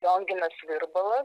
lionginas virbalas